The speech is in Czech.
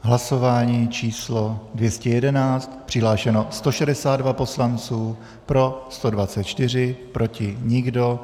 Hlasování číslo 211, přihlášeno 162 poslanců, pro 124, proti nikdo.